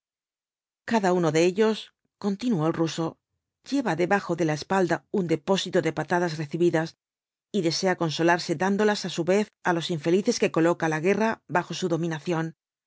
cada uno de ellos continuó el ruso lleva debajo de la espalda un depósito de patadas recibidas y desea consolarse dándolas á su vez á los infelices que coloca la guerra bajo su dominación